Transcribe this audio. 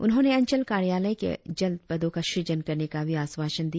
उन्होंने अंचल कार्यलय के लिए जल्द पदों का सृजन करने का भी आश्वासन दिया